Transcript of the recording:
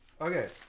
Okay